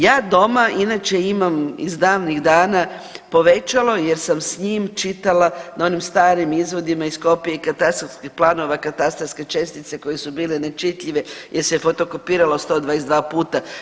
Ja doma inače imam iz davnih dana povećalo jer sam s njim čitala na onim starim izvodima iz kopije katastarskih planova katastarske čestice koje su bile nečitljive jer se fotokopiralo 122 puta.